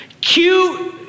cute